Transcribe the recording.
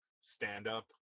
stand-up